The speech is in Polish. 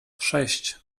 sześć